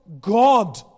God